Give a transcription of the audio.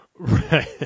Right